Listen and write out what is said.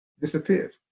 disappeared